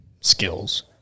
skills